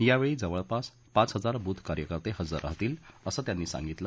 यावेळी जवळपास पाच हजार बुथ कार्यकर्ते हजर राहतील असं त्यांनी सांगितलं